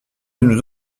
nous